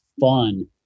fun